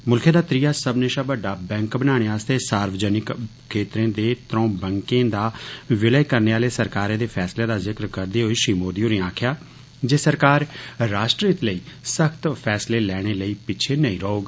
मुल्खै दा त्रिया सब्बने शा बड्डा बैंक बनाने आस्तै सार्वजनिक क्षेत्रें दे त्रौं बैंके दा विलय करने आह्ले सरकारै दे फैसले दा जिक्र करदे होई श्री मोदी होरें आक्खेया जे सरकार राष्ट्रहित लेई सख्त फैसले लैने लेई पिच्दे नेंई रौह्ग